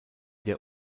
der